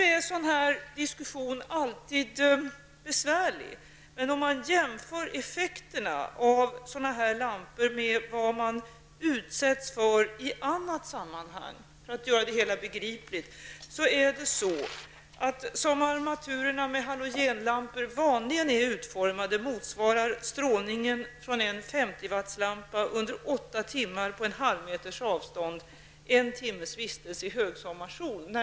En sådan här diskussion är alltid besvärlig, men om man jämför effekterna av dessa lampor med dem man utsätts för i andra sammanhang för att göra det hela begripligare, motsvarar -- som armaturerna med halogenlampor vanligen är utformade -- strålningen från en 50 W-lampa under åtta timmar på en halvmeters avstånd en timmes vistelse i högsommarsol.